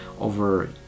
over